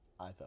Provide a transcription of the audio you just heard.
iPhone